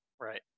right